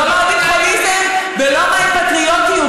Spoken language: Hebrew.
לא מהו ביטחוניזם ולא מהי פטריוטיות.